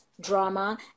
drama